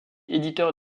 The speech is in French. éditeur